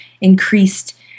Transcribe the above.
increased